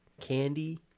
candy